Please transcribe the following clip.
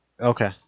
Okay